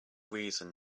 reason